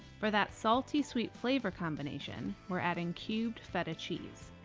for that salty sweet flavor combination, we're adding cubed feta cheese.